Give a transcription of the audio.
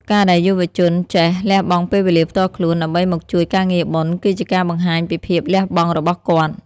ការដែលយុវជនចេះ "លះបង់ពេលវេលាផ្ទាល់ខ្លួន" ដើម្បីមកជួយការងារបុណ្យ គឺជាការបង្ហាញពីភាពលះបង់របស់គាត់។